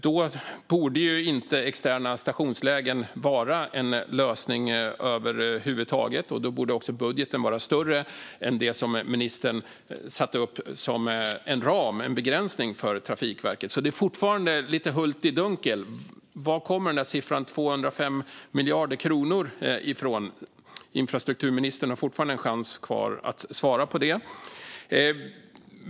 Då borde inte externa stationslägen vara en lösning över huvud taget, och då borde också budgeten vara större än det som ministern satte upp som en ram och begränsning för Trafikverket. Därför är det fortfarande lite höljt i dunkel var siffran 205 miljarder kronor kommer från. Infrastrukturministern har fortfarande en chans kvar att svara på det.